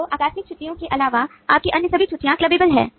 तो आकस्मिक छुट्टियो के अलावा आपके अन्य सभी छुट्टियां क्लबबेल हैं